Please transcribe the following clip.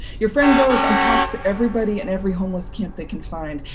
your friend goes and talks to everybody in every homeless camp they can find,